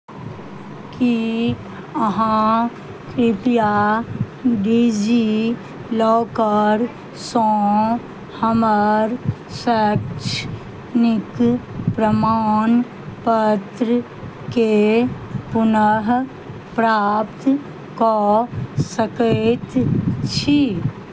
की अहाँ कृपया डिजिलॉकरसँ हमर शैक्षणिक प्रमाण पत्रकेँ पुनः प्राप्त कऽ सकैत छी